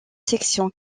sections